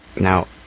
Now